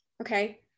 Okay